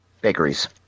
bakeries